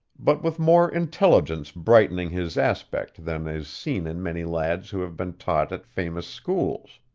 but with more intelligence brightening his aspect than is seen in many lads who have been taught at famous schools.